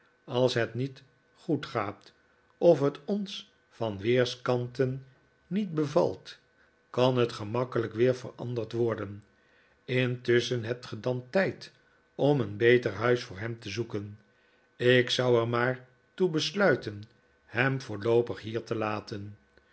als het niet goed gaat of het ons van weerskanten niet bevalt kan het gemakkelijk weer veranderd worden intusschen hebt ge dan tijd om een beter huis voor hem te zoeken ik zou er maar toe besluiten hem voorloopig hier te laten